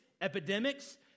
epidemics